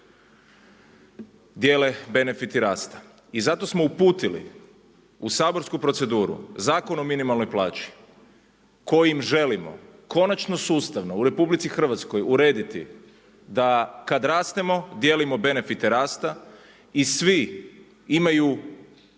dijele benefiti rasta. I zato smo uputili u saborsku proceduru Zakon o minimalnoj plaći kojim želimo konačno sustavno u RH urediti da kada rastemo, dijelimo benefite rasta i svi imaju